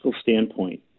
standpoint